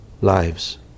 lives